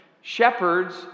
shepherds